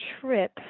trip